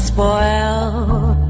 Spoiled